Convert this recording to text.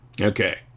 Okay